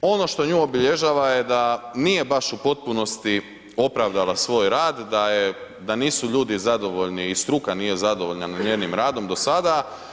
Ono što nju obilježava je da nije baš u potpunosti opravdala svoj rad, da je, da nisu ljudi zadovoljni i struka nije zadovoljena njenim radom do sada.